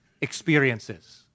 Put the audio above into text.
experiences